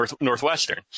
Northwestern